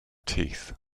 teeth